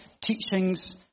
teachings